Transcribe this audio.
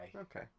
okay